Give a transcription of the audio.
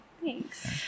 Thanks